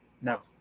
No